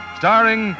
starring